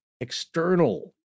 external